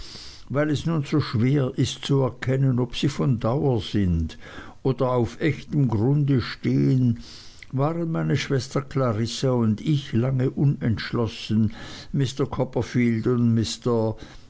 weil es nun so schwer ist zu erkennen ob sie von dauer sind oder auf echtem grunde stehen waren meine schwester clarissa und ich lange unentschlossen mr copperfield und